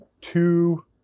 two